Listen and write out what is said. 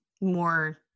more